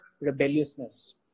rebelliousness